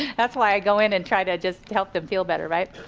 that's why i go in and try to just help them feel better right.